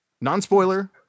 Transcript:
Non-spoiler